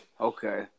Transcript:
Okay